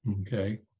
Okay